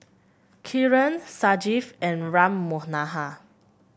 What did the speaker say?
Kiran Sanjeev and Ram Manohar